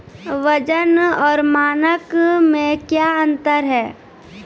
वजन और मानक मे क्या अंतर हैं?